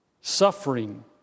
suffering